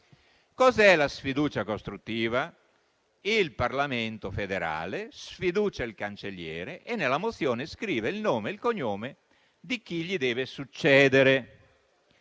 Cos'è la sfiducia costruttiva? Il Parlamento federale sfiducia il Cancelliere e nella mozione scrive il nome e il cognome di chi gli deve succedere.